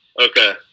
Okay